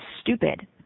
stupid